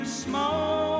small